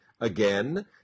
again